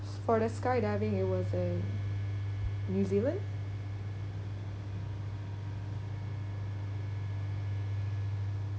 for the skydiving it was in new zealand